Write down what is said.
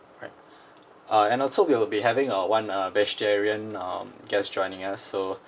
right uh and also we will be having uh one uh vegetarian um guest joining us so